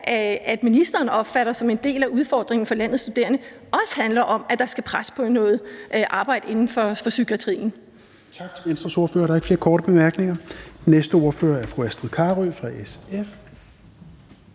hvad ministeren opfatter som en del af udfordringen for landets studerende, også handler om, at der skal pres på noget arbejde inden for psykiatrien.